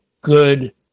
good